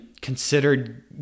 considered